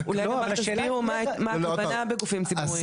אולי תסבירו מה הכוונה בגופים ציבוריים.